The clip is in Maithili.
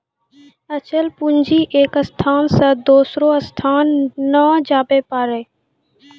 अचल पूंजी एक स्थान से दोसरो स्थान नै जाबै पारै